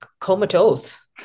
comatose